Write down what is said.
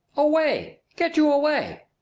away? get you away.